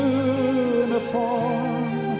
uniform